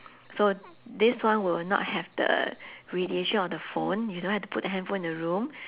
so this one will not have the radiation of the phone you don't have to put the handphone in the room